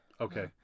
Okay